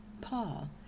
Paul